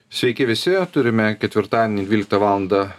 sveiki visi turime ketvirtadienį dvyliktą valandą